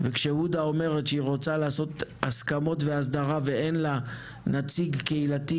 וכשהודא אומרת שהיא רוצה לעשות הסכמות והסדרה ואין לה נציג קהילתי,